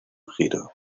giro